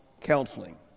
counseling